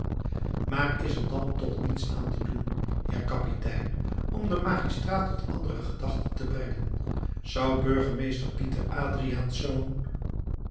maar is er dan toch niets aan te doen heer kapitein om den magistraat tot andere gedachten te brengen zou burgemeester pieter